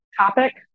topic